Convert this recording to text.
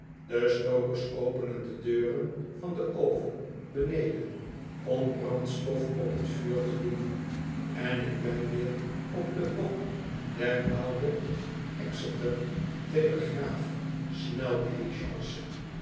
de stokers openen de deuren van den oven beneden om brandstof op t vuur te doen en ik bon weer op den bok der oude exeter telegraaph